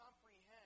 comprehend